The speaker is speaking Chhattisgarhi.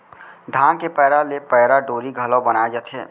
धान के पैरा ले पैरा डोरी घलौ बनाए जाथे